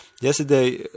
yesterday